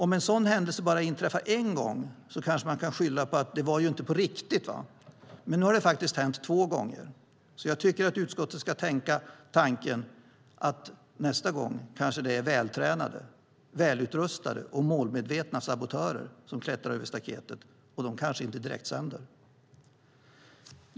Om en sådan händelse bara inträffar en gång kanske man kan skylla på att det inte var på riktigt, men nu har det faktiskt hänt två gånger. Jag tycker att utskottet ska tänka tanken att det nästa gång är vältränade, välutrustade och målmedvetna sabotörer som klättrar över staketet, och de kanske inte direktsänder.